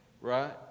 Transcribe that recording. Right